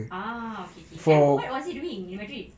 oh K K eh what was he doing in madrid